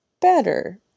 better